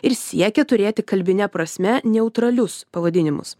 ir siekia turėti kalbine prasme neutralius pavadinimus